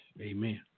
Amen